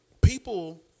People